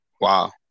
Wow